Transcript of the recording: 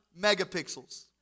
megapixels